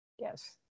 Yes